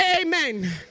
amen